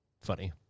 funny